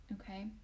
Okay